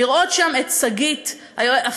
לראות שם את שגית אפיק,